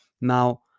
now